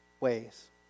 ways